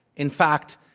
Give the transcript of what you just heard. in fact,